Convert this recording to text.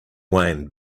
wayne